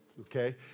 okay